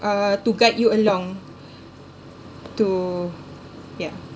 uh to guide you along to yeah